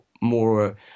more